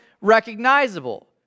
recognizable